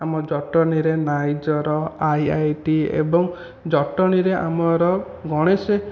ଆମ ଜଟଣୀରେ ନାଇଜର ଆଇଆଇଟି ଏବଂ ଜଟଣୀରେ ଆମର ଗଣେଶ